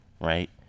right